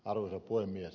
arvoisa puhemies